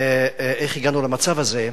איך הגענו למצב הזה.